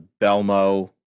Belmo